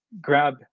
grab